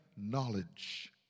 knowledge